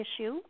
issue